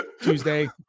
Tuesday